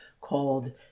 called